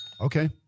Okay